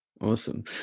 Awesome